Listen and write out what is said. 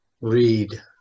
read